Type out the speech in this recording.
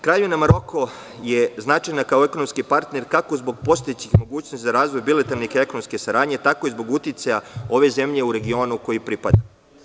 Kraljevina Maroko je značajna kao ekonomski partner kako zbog postojećih mogućnosti za razvoj bilateralne i ekonomske saradnje, tako i zbog uticaja ove zemlje u regionu kojem pripada.